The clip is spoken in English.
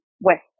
West